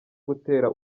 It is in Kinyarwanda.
gutera